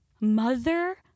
Mother